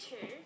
two